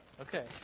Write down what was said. Okay